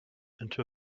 into